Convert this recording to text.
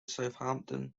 southampton